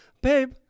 Babe